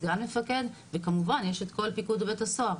סגן מפקד וכמובן יש את כל פיקוד בבית הסוהר,